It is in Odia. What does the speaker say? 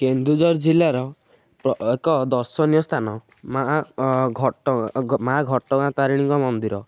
କେନ୍ଦୁଝର ଜିଲ୍ଲାର କ ଏକ ଦର୍ଶନୀୟ ସ୍ଥାନ ମାଁ ଘଟ ଗ ମାଁ ଘଟଗାଁ ତାରିଣୀଙ୍କ ମନ୍ଦିର